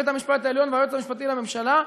בית-המשפט העליון והיועץ המשפטי לממשלה.